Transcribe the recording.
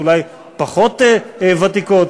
אולי פחות ותיקות,